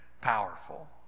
powerful